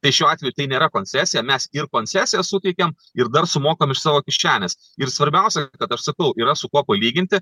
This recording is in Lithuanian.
tai šiuo atveju tai nėra koncesija mes ir koncesiją suteikiam ir dar sumokam iš savo kišenės ir svarbiausia kad aš sakau yra su kuo palyginti